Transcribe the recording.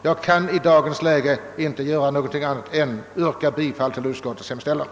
Jag kan i dagens läge endast yrka bifall till utskottets hemställan.